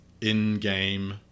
in-game